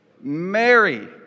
Mary